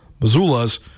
Missoula's